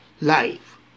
life